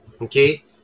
okay